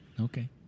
Okay